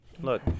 Look